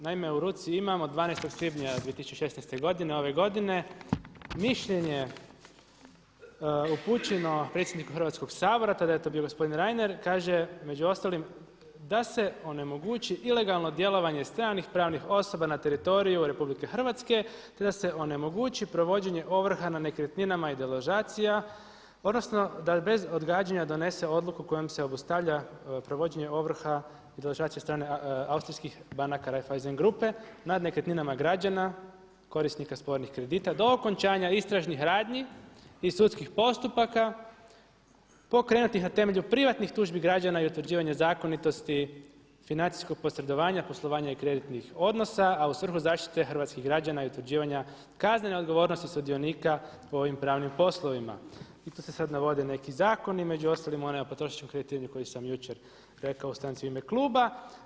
Naime u ruci imam od 12. svibnja 2016. godine, ove godine, mišljenje upućeno predsjedniku Hrvatskog sabora, tada je to bio gospodin Reiner, kaže među ostalim, „da se onemogući ilegalno djelovanje stranih pravnih osoba na teritoriju RH, te da se onemogući provođenje ovrha na nekretninama i deložacija odnosno da bez odgađanja donese odluku kojom se obustavlja provođenje ovrha i deložacije od strane austrijskih banaka Raiffeisen grupe nad nekretninama građana, korisnik spornih kredita do okončanja istražnih radnji i sudskih postupaka pokrenutih na temelju privatnih tužbi građana i utvrđivanja zakonitosti financijskog posredovanja, poslovanja i kreditnih odnosa, a u svrhu zaštite hrvatskih građana i utvrđivanja kaznene odgovornosti sudionika u ovim pravnim poslovima“ I tu se sada navode neki zakoni, među ostalim onaj o potrošačkom kreditiranju koji sam jučer rekao o stranci u ime kluba.